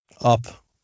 up